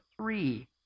three